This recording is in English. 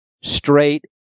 straight